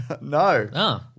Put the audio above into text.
No